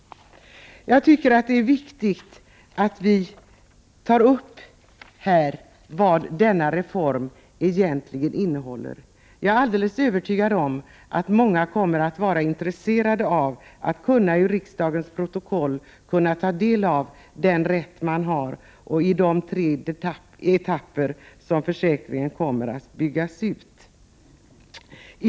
Det är viktigt att vi här i kammaren tar upp vad denna reform egentligen innehåller. Jag är övertygad om att många kommer att vara intresserade av att i riksdagens protokoll ta del av vilken rätt de har och läsa om de tre etapper som försäkringen kommer att byggas ut i.